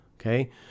Okay